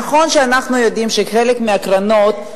נכון שאנחנו יודעים שחלק מהקרנות,